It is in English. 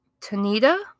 Tanita